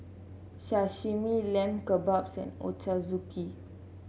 Sashimi Lamb Kebabs and Ochazuke